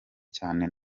cyane